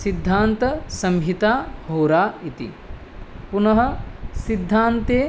सिद्धान्तः संहिता होरा इति पुनः सिद्धान्ते